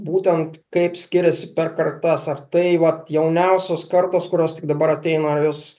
būtent kaip skiriasi per kartas ar tai vat jauniausios kartos kurios tik dabar ateina ar jos